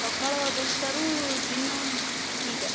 ସକାଳ ଦଶଟାରୁ ଦିନ ଦୁଇଟା